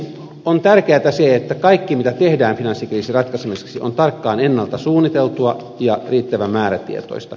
on tärkeätä se että kaikki mitä tehdään finanssikriisin ratkaisemiseksi on tarkkaan ennalta suunniteltua ja riittävän määrätietoista